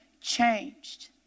changed